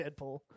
Deadpool